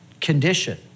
condition